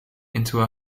into